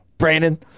Brandon